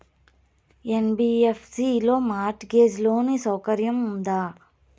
NBFC లో mortgage loan సౌకర్యం ఉందా?